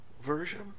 version